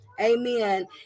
Amen